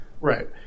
Right